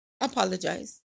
apologize